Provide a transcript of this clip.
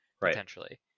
potentially